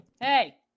Hey